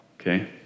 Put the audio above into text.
okay